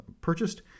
purchased